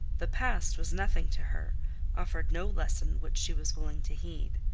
the past was nothing to her offered no lesson which she was willing to heed.